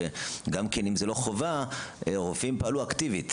שגם אם זה לא חובה רופאים פעלו אקטיבית